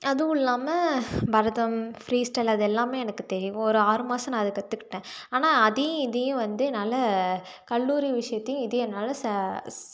அதுவும் இல்லாமல் Bharatam free style அது எல்லாமே எனக்கு தெரியும் ஒரு ஆறு மாதம் நான் அதை கற்றுக்கிட்டேன் ஆனால் அதையும் இதையும் வந்து என்னால் கல்லூரி விஷயத்தையும் இதையும் என்னால் ச